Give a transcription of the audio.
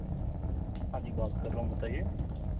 हाँ जी बात कर रहा हूँ बताइए